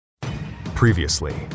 Previously